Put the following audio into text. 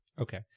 Okay